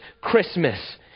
Christmas